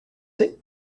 danser